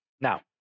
Now